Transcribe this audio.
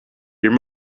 your